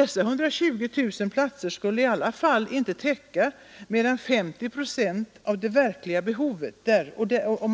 Dessa 120 000 platser skulle i alla fall inte täcka mer än 50 procent av det verkliga behovet.